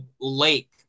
lake